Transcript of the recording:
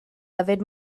yfed